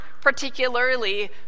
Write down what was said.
particularly